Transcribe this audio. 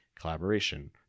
collaboration